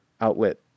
outlet